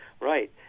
Right